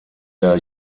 der